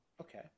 Okay